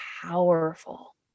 powerful